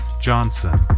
Johnson